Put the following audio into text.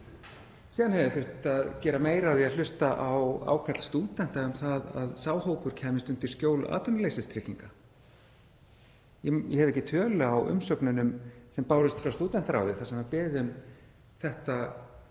Síðan hefði þurft að gera meira af því að hlusta á ákall stúdenta um að sá hópur kæmist í skjól atvinnuleysistrygginga. Ég hef ekki tölu á umsögnunum sem bárust frá stúdentaráði þar sem var beðið um þetta